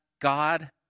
God